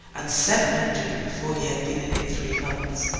and seven hundred before he had been in it three months.